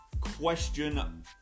question